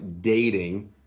dating